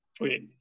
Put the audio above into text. Okay